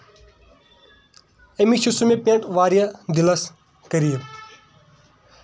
أمی چھِ سُہ مےٚ پیٚنٛٹ واریاہ دِلس واریاہ قریٖب